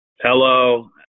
Hello